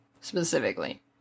specifically